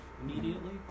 immediately